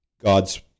God's